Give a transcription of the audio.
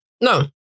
No